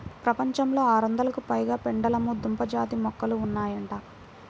ప్రపంచంలో ఆరొందలకు పైగా పెండలము దుంప జాతి మొక్కలు ఉన్నాయంట